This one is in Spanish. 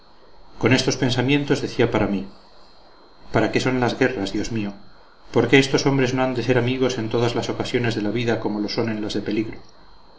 con estos pensamientos decía para mí para qué son las guerras dios mío por qué estos hombres no han de ser amigos en todas las ocasiones de la vida como lo son en las de peligro